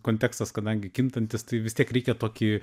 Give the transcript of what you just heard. kontekstas kadangi kintantis tai vis tiek reikia tokį